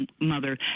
Mother